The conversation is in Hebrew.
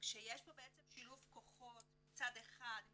כשיש פה בעצם שילוב כוחות מצד אחד עם